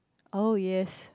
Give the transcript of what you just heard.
oh yes